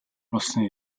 болсон